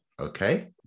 Okay